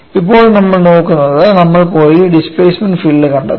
ഇപ്പോൾ നമ്മൾ നോക്കുന്നത് നമ്മൾ പോയി ഡിസ്പ്ലേമെൻറ് ഫീൽഡ് കണ്ടെത്തും